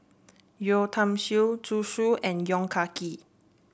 Yeo Tiam Siew Zhu Xu and Yong Ah Kee